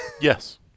Yes